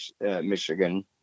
Michigan